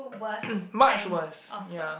march was ya